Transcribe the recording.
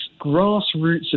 grassroots